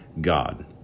God